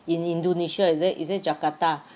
in Indonesia is it is it jakarta